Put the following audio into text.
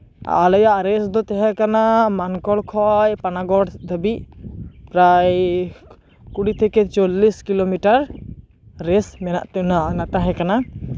ᱟᱞᱮᱭᱟᱜ ᱨᱮᱥ ᱫᱚ ᱛᱟᱦᱮᱸ ᱠᱟᱱᱟ ᱢᱟᱱᱠᱚᱲ ᱠᱷᱚᱱ ᱯᱟᱱᱟᱜᱚᱲ ᱫᱷᱟᱹᱵᱤᱡ ᱯᱨᱟᱭ ᱠᱩᱲᱤ ᱛᱷᱮᱠᱮ ᱪᱚᱞᱞᱤᱥ ᱠᱤᱞᱳᱢᱤᱴᱟᱨ ᱨᱮᱥ ᱢᱮᱱᱟᱜ ᱛᱤᱧᱟ ᱛᱟᱦᱮᱸ ᱠᱟᱱᱟ